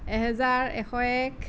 এহেজাৰ এশ এক